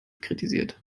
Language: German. kritisiert